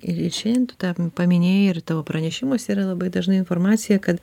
ir ir šiandien tu tą paminėjai ir tavo pranešimuose yra labai dažnai informacija kad